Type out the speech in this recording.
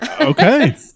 Okay